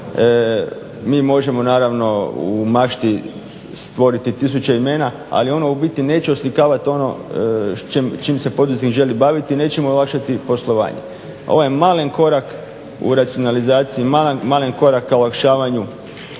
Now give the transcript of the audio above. Mi možemo naravno u mašti stvoriti tisuće imena, ali ono u biti neće oslikavat ono s čim se poduzetnik želi baviti, neće mu olakšati poslovanje. Ovaj malen korak u racionalizaciji, malen korak ka olakšavanju